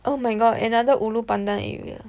oh my god another ulu pandan area